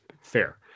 fair